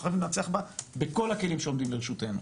חייבים לנצח בה בכל הכלים שעומדים לרשותנו,